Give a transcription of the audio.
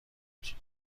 بود